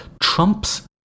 Trump's